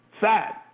sad